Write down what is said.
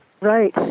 Right